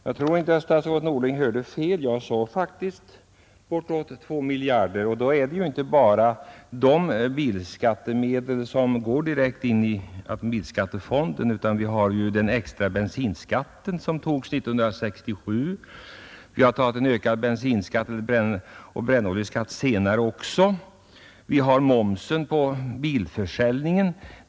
Fru talman! Statsrådet Norling hörde inte fel. Jag sade faktiskt bortåt två miljarder. I denna siffra ingår då inte bara de bilskattemedel som går direkt in i automobilskattefonden. Vi har därtill den extra bensinskatt som togs 1967 — vi har även senare tagit en extra bensinoch brännoljeskatt. Vi har momsen på bilförsäljningen.